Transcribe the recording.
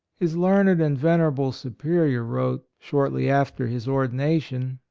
his learned and venerable superior wrote, shortly after his ordination,